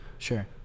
Sure